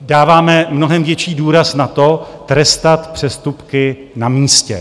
Dáváme mnohem větší důraz na to, trestat přestupky na místě.